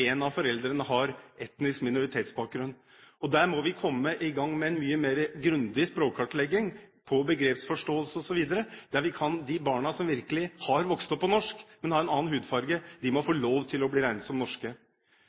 av foreldrene har etnisk minoritetsbakgrunn. Der må vi komme i gang med en mye mer grundig språkkartlegging av begrepsforståelse osv., at de barna som virkelig har vokst opp på norsk, men har en annen hudfarge, må få lov til å bli regnet som norske.